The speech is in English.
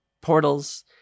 portals